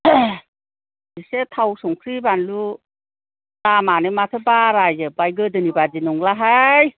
इसे थाव संख्रि बानलु दामआनो माथो बारायजोब्बाय गोदोनि बायदि नंलाहाय